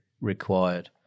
required